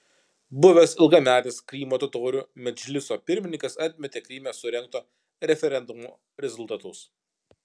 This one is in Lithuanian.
buvęs ilgametis krymo totorių medžliso pirmininkas atmetė kryme surengto referendumo rezultatus